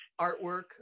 artwork